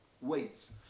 weights